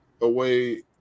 away